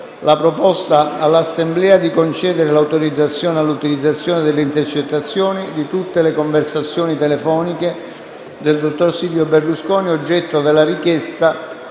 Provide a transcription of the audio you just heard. la proposta all'Assemblea di concedere l'autorizzazione all'utilizzazione delle intercettazioni di tutte le conversazioni telefoniche del dottor Silvio Berlusconi oggetto della richiesta